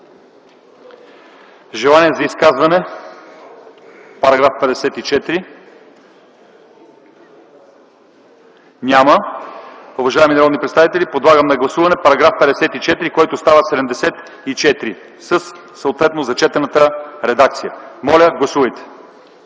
Желание за изказвания по § 54? Няма. Уважаеми народни представители, подлагам на гласуване § 54, който става § 74, със съответно зачетената редакция. Моля, гласувайте.